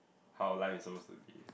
how life is suppose to be